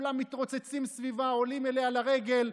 כולם מתרוצצים סביבה, עולים אליה לרגל.